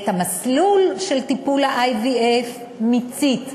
את המסלול של טיפול IVF מיצית,